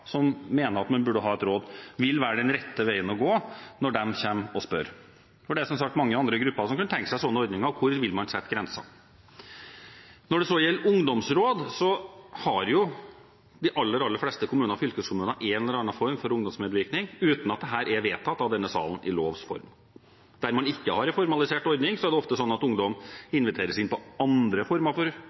som mener at man burde ha et råd, vil være den rette veien å gå når de kommer og spør. Det er som sagt mange andre grupper som kunne tenkt seg slike ordninger. Hvor vil man sette grensen? Når det gjelder ungdomsråd, har de aller, aller fleste kommuner og fylkeskommuner en eller annen form for ungdomsmedvirkning uten at det er vedtatt i lovs form av denne sal. Der man ikke har en formalisert ordning, er det ofte slik at ungdom inviteres inn til andre former for